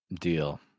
deal